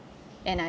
and I